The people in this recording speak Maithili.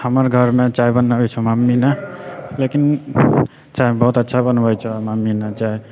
हमर घरमे चाइ बनाबै छऽ मम्मी ने लेकिन चाइ बहुत अच्छा बनबै छऽ मम्मी ने चाइ